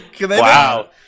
Wow